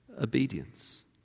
obedience